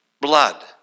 Blood